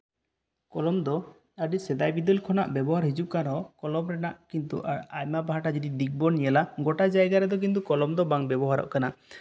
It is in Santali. ᱠᱚᱞᱚᱢ ᱫᱚ ᱟᱹᱰᱤ ᱥᱮᱫᱟᱭ ᱵᱤᱫᱟᱹᱞ ᱠᱷᱚᱱᱟᱜ ᱵᱮᱵᱚᱦᱟᱨ ᱦᱤᱡᱩᱜ ᱠᱟᱱ ᱨᱮᱦᱚᱸ ᱠᱚᱞᱚᱢ ᱨᱮᱱᱟᱜ ᱠᱤᱱᱛᱩ ᱟᱭᱢᱟ ᱯᱟᱦᱴᱟ ᱡᱩᱫᱤ ᱫᱤᱠ ᱵᱚᱱ ᱧᱮᱞᱟ ᱜᱚᱴᱟ ᱡᱟᱭᱜᱟ ᱨᱮᱫᱚ ᱠᱤᱱᱛᱩ ᱠᱚᱞᱚᱢ ᱫᱚ ᱵᱟᱝ ᱵᱮᱵᱚᱦᱟᱨᱚᱜ ᱠᱟᱱᱟ